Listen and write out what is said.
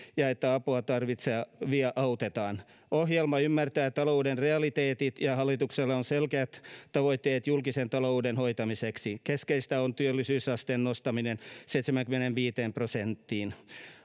ja että apua tarvitsevia autetaan ohjelma ymmärtää talouden realiteetit ja hallituksella on selkeät tavoitteet julkisen talouden hoitamiseksi keskeistä on työllisyysasteen nostaminen seitsemäänkymmeneenviiteen prosenttiin